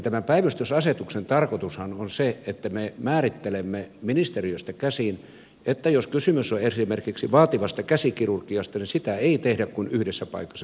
tämän päivystysasetuksen tarkoitushan on se että me määrittelemme ministeriöstä käsin että jos kysymys on esimerkiksi vaativasta käsikirurgiasta niin sitä ei tehdä kuin yhdessä paikassa suomessa